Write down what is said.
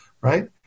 right